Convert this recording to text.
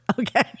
Okay